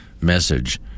message